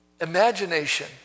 imagination